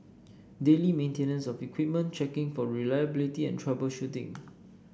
daily maintenance of equipment checking for reliability and troubleshooting